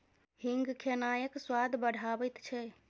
हींग खेनाइक स्वाद बढ़ाबैत छै